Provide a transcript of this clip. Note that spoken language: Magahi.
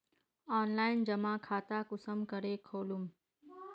ऑनलाइन जमा खाता कुंसम करे खोलूम?